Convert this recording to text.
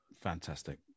fantastic